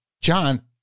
John